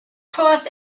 cross